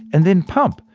and then pump,